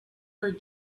her